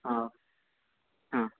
ಹಾಂ ಹಾಂ